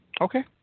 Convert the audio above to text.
Okay